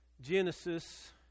Genesis